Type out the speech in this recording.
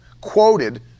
quoted